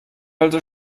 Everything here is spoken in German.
also